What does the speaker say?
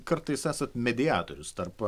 kartais esat mediatorius tarp